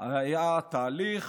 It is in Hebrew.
היה תהליך